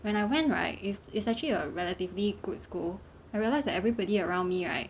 when I went right it's it's actually a relatively good school I realise that everybody around me right